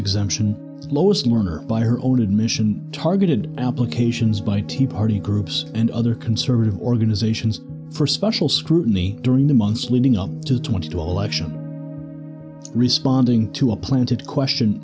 exemption lois lerner by her own admission targeted applications by tea party groups and other conservative organizations for special scrutiny during the months leading up to twenty two election responding to a planted question